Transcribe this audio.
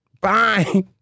Bye